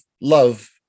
love